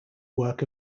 work